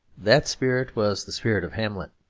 that spirit was the spirit of hamlet.